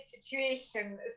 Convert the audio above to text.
situation